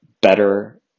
better